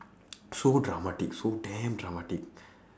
so dramatic so damn dramatic